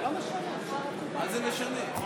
מה זה משנה?